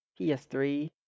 PS3